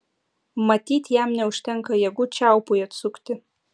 matyt jam neužtenka jėgų čiaupui atsukti